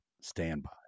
standby